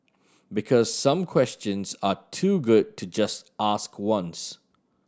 because some questions are too good to just ask once